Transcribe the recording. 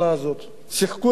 שיחקו את המשחק.